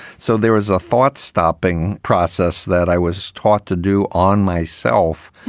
so there was a thought stopping process that i was taught to do on myself.